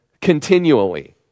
Continually